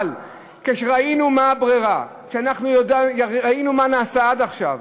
אבל כשראינו מה הברירה, כשראינו מה נעשה עד עכשיו,